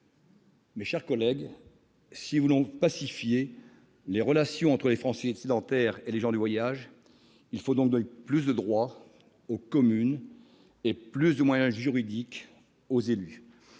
Mes chers collègues, si nous voulons pacifier les relations entre les Français sédentaires et les gens du voyage, il faut donc donner plus de droits aux communes et plus de moyens juridiques à leurs